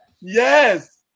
Yes